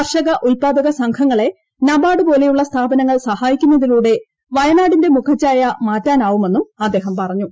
കർഷക ഉത്പാദക സംഘങ്ങളെ നബാർഡ് പോലെയുള്ള സ്ഥാപനങ്ങൾ സഹായിക്കുന്നതിലൂടെ വയനാടിന്റെ മുഖഛായ മാറ്റാനാവുമെന്നും അദ്ദേഹം പറഞ്ഞു